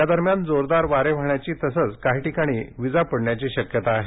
या दरम्यान जोरदार वारे वाहण्याची तसंच काही ठिकाणी विजा पडण्याची शक्यता आहे